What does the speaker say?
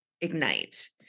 ignite